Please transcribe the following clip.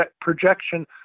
projection